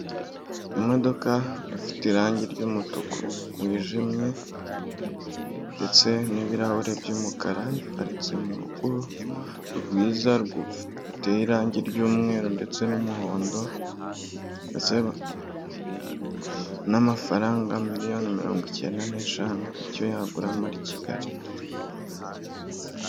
Imodoka ifite irangi ry'umutuku wijimye ndetse n'ibirahure by'umukara, iparitse mu rugo rwiza ruteye irangi ry'umweru ndetse n'umuhondo n'amafaranga miliyoni mirongo icyenda n'eshanu icyo yagura muri Kigali.